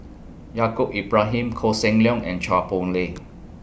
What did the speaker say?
Yaacob Ibrahim Koh Seng Leong and Chua Poh Leng